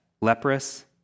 leprous